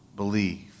believe